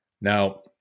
Now